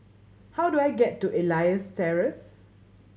how do I get to Elias Terrace